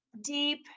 deep